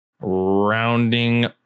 Rounding